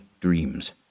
dreams